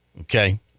Okay